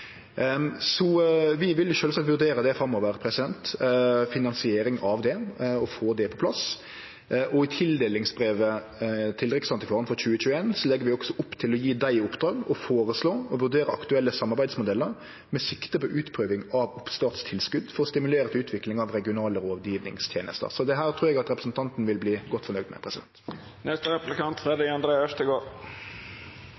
Vi vil sjølvsagt vurdere det framover – ei finansiering av det, få det på plass – og i tildelingsbrevet til Riksantikvaren for 2021 legg vi også opp til å gje dei i oppdrag å føreslå å vurdere aktuelle samarbeidsmodellar med sikte på utprøving av oppstartstilskot for å stimulere til utvikling av regionale rådgjevingstenester. Så dette trur eg representanten vil verte godt fornøgd med.